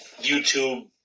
YouTube